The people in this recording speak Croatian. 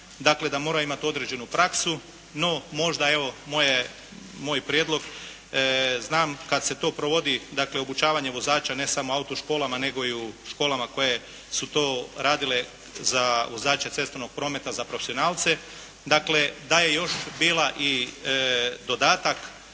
da moraju imati određenu praksu. No, možda evo moj prijedlog, znam kad se to provodi, dakle obučavanje vozača ne samo u autoškolama nego i u školama koje su to radile za vozače cestovnog prometa za profesionalce, dakle da je još bilo i dodatak